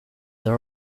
the